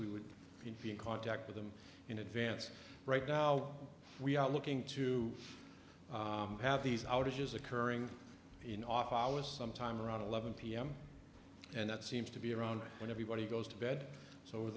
we would be in contact with them in advance right now we are looking to have these outages occurring in off hours sometime around eleven pm and that seems to be around when everybody goes to bed so we're